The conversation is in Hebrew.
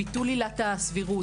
ביטול עילת הסבירות,